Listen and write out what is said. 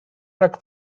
rhag